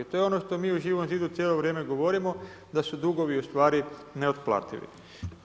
To je ono što mi u Živom zidu cijelo vrijeme govorimo da su dugovi ustvari neotplativi.